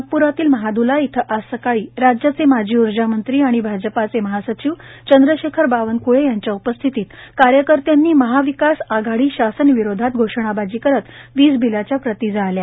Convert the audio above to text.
नागप्रातील महाद्ला इथं आज सकाळी राज्याचे माजी ऊर्जा मंत्री आणि भाजपचे महासचिव चंद्रशेखर बावनक्ळे यांच्या उपस्थितीत कार्यकर्त्यांनी महाविकास आघाडी शासनाविरोधात घोषणाबाजी करत वीज बीलाच्या प्रती जाळल्या